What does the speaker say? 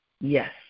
yes